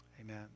amen